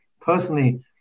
personally